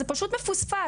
אז זה פשוט מפוספס.